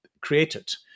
created